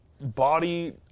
body